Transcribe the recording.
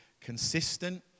consistent